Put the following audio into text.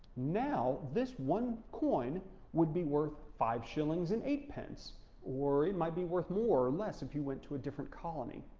now, this one coin would be worth five shillings and eight pence, or it might be worth more or less if you went to a different colony.